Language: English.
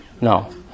No